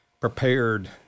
prepared